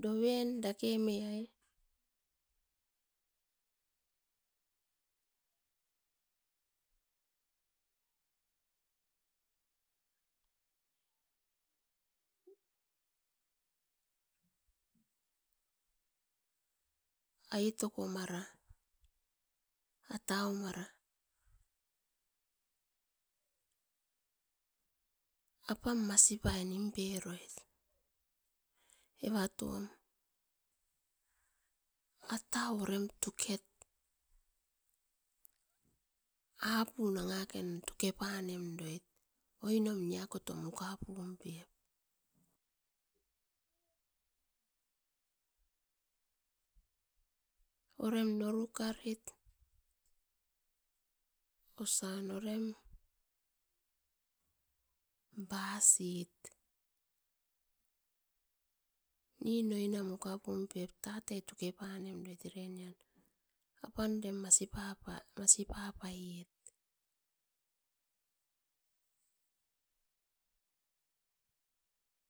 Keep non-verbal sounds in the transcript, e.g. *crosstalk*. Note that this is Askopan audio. *noise* doven dakeme ai, aitoko mara atau mara apan masipai nimperoit. Evatom atau orem tuket, apu nangaken tukepanemdoit oinom niakotom ukapum pep. Orem norukaret osian orem basit nin oinam ukapumpep tatai tukepanemdoit eren nian apan dem *unintelligible* masipapaiet.